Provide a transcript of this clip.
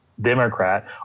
Democrat